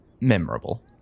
memorable